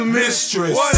mistress